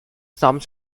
some